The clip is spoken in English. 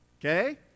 Okay